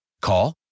Call